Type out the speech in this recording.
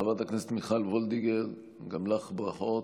חברת הכנסת מיכל וולדיגר, גם לך ברכות.